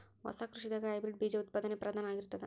ಹೊಸ ಕೃಷಿದಾಗ ಹೈಬ್ರಿಡ್ ಬೀಜ ಉತ್ಪಾದನೆ ಪ್ರಧಾನ ಆಗಿರತದ